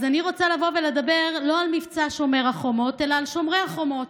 אז אני רוצה לבוא ולדבר לא על מבצע שומר החומות אלא על שומרי החומות,